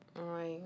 Right